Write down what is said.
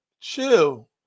Chill